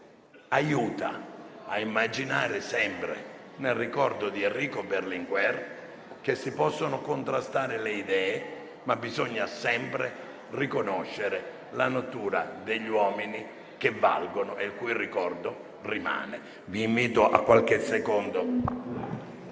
aiuta ad immaginare sempre, nel ricordo di Enrico Berlinguer, che si possono contrastare le idee, ma bisogna sempre riconoscere la natura degli uomini che valgono e il cui ricordo rimane. Vi invito ad osservare